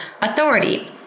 authority